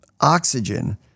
oxygen